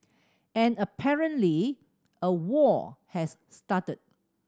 and apparently a war has started